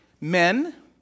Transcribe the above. men